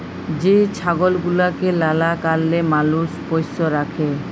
যে ছাগল গুলাকে লালা কারলে মালুষ পষ্য রাখে